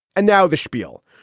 and now the spiel.